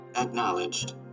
Acknowledged